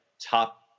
top